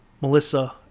Melissa